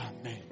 Amen